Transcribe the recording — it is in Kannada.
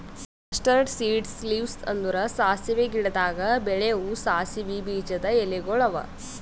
ಮಸ್ಟರಡ್ ಸೀಡ್ಸ್ ಲೀವ್ಸ್ ಅಂದುರ್ ಸಾಸಿವೆ ಗಿಡದಾಗ್ ಬೆಳೆವು ಸಾಸಿವೆ ಬೀಜದ ಎಲಿಗೊಳ್ ಅವಾ